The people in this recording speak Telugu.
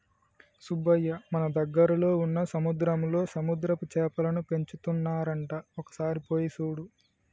సుబ్బయ్య మన దగ్గరలో వున్న సముద్రంలో సముద్రపు సేపలను పెంచుతున్నారంట ఒక సారి పోయి సూడు